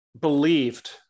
believed